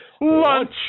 lunch